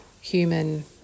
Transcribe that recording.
human